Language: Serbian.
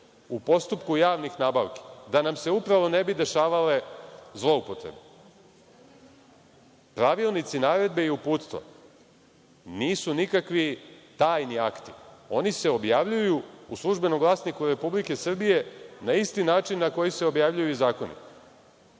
u postupku javnih nabavki, da nam se upravo ne bi dešavale zloupotrebe. Pravilnici, naredbe i uputstvo, nisu nikakvi tajni akti. Oni se objavljuju u „Službenom glasniku Republike Srbije“ na isti način na koji se objavljuju i zakoni.